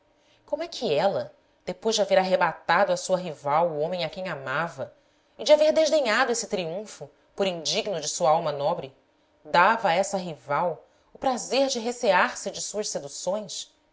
é que ela depois de haver arrebatado à sua rival o homem a quem amava e de haver desdenhado esse triunfo por indigno de sua alma nobre dava a essa rival o prazer de recear se de suas seduções